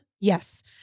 Yes